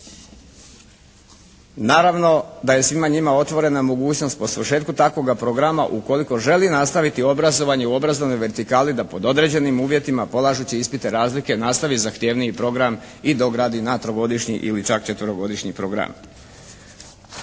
Naravno da je svima njima otvorena mogućnost po svršetku takvoga programa ukoliko želi nastaviti obrazovanje u obrazovnoj vertikali da pod određenim uvjetima polažući ispite razlike nastavi zahtjevniji program i dogradi na trogodišnji ili četverogodišnji program.